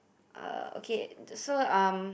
uh okay so um